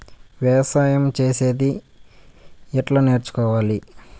వ్యవసాయం చేసేది ఎట్లా నేర్చుకోవాలి?